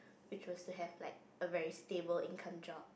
which was to have like a very stable income job